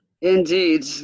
Indeed